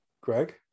Greg